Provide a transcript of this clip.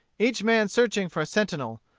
each man searching for a sentinel,